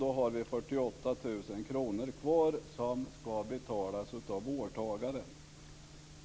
Kvar blir 48 000 kr som skall betalas av vårdtagaren.